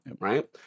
right